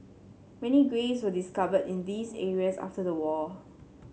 many graves were discovered in these areas after the war